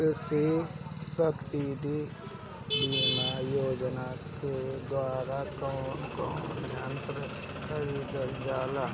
कृषि सब्सिडी बीमा योजना के द्वारा कौन कौन यंत्र खरीदल जाला?